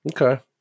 okay